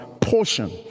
portion